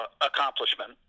accomplishment